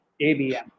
ABM